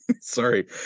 Sorry